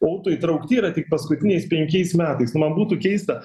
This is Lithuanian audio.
o tų įtraukti yra tik paskutiniais penkiais metais nu man būtų keista